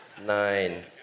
nine